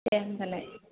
दे होमबालाय